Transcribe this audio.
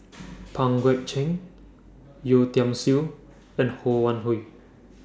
Pang Guek Cheng Yeo Tiam Siew and Ho Wan Hui